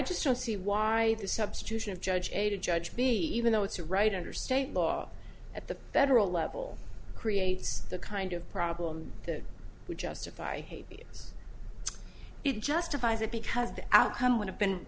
just don't see why the substitution of judge a to judge be even though it's a right under state law at the federal level creates the kind of problem that would justify this it justifies it because the outcome would have been